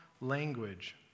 language